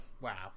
Wow